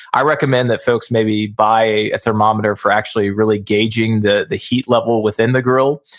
i recommend that folks may be buy a thermometer for actually really gauging the the heat level within the grill.